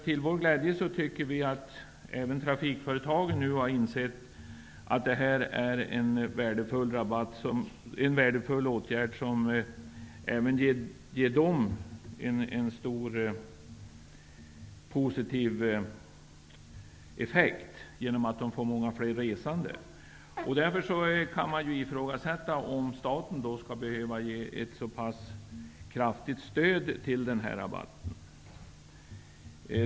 Till vår glädje har även trafikföretagen nu insett att det här är en värdefull åtgärd som ger även dem en stor positiv effekt genom att de får många fler resande. Därför kan man ifrågasätta om staten skall behöva ge ett så pass kraftigt stöd till denna rabatt.